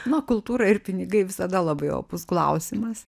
na kultūra ir pinigai visada labai opus klausimas